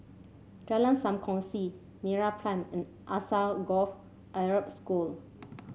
Jalan Sam Kongsi MeraPrime and Alsagoff Arab School